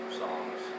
songs